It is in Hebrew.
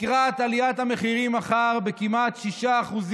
לקראת עליית המחירים מחר כמעט ב-6%: